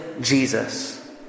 Jesus